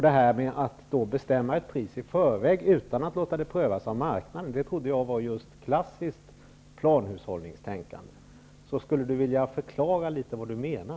Detta att bestämma ett pris i förväg utan att låta det prövas av marknaden trodde jag var klassiskt planhushållningstänkande. Skulle Jan Backman vilja förklara litet vad han menar?